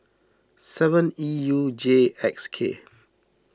seven E U J X K